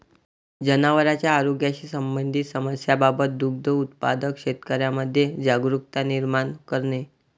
जनावरांच्या आरोग्याशी संबंधित समस्यांबाबत दुग्ध उत्पादक शेतकऱ्यांमध्ये जागरुकता निर्माण करणे